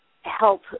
help